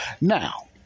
Now